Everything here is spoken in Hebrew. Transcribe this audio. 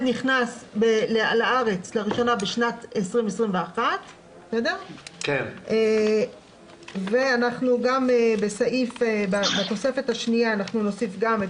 נכנס לארץ לראשונה בשנת 2021. בתוספת השנייה נוסיף גם את